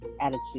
attitude